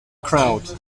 crowd